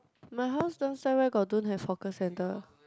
my house downstair where got don't have hawker center